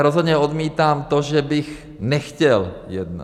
Rozhodně odmítám to, že bych nechtěl jednat.